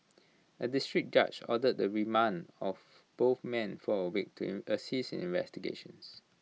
A District Judge ordered the remand of both men for A week to assist in investigations